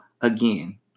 again